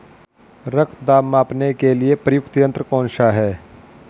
रक्त दाब मापने के लिए प्रयुक्त यंत्र कौन सा है?